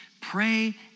Pray